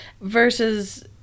versus